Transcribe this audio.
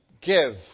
Give